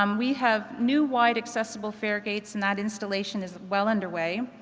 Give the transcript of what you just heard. um we have new wide accessible fare gates and that installation is well underway,